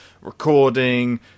recording